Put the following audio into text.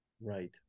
right